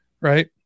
right